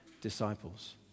disciples